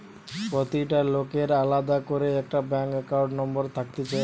প্রতিটা লোকের আলদা করে একটা ব্যাঙ্ক একাউন্ট নম্বর থাকতিছে